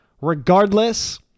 Regardless